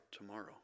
tomorrow